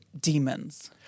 Demons